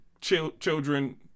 children